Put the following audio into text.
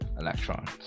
electrons